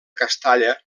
castalla